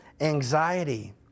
anxiety